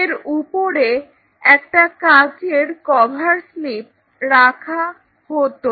এর উপরে একটা কাঁচের কভার স্লিপ রাখা হতো